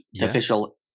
official